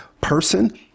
person